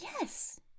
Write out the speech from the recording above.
Yes